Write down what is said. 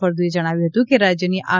ફળદુએ જણાવ્યું હતું કે રાજ્યની આર